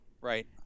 Right